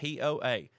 poa